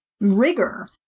rigor